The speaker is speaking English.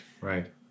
right